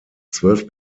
zwölf